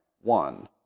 one